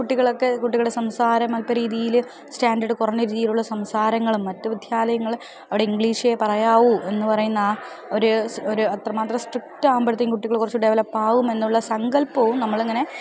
കുട്ടികളൊക്കെ കുട്ടികുടെ സംസാരം അല്പം രീതിയിൽ സ്റ്റാൻഡേർഡ് കുറഞ്ഞ രീതിയിലുള്ള സംസാരങ്ങളും മറ്റു വിദ്യാലയങ്ങൾ അവിടെ ഇംഗ്ലീഷെ പറയാവൂ എന്ന് പറയുന്ന ആ ഒരു ഒരു അത്രമാത്രം സ്ട്രിക്റ്റ് ആകുമ്പോഴത്തേക്കും കുട്ടികൾ കുറച്ചു ഡെവലപ്പാവും എന്നുള്ള സങ്കൽപ്പവും നമ്മൾ ഇങ്ങനെ